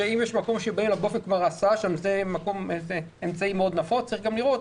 שאם יש מקום שההסעה שם היא אמצעי נפוץ מאוד צריך גם לראות